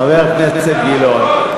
חבר הכנסת גילאון.